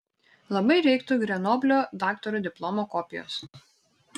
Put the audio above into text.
labai reiktų grenoblio daktaro diplomo kopijos